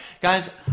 Guys